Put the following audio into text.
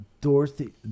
Dorothy